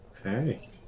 Okay